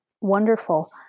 wonderful